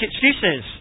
excuses